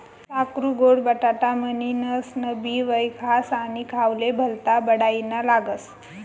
साकरु गोड बटाटा म्हनीनसनबी वयखास आणि खावाले भल्ता बडाईना लागस